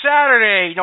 Saturday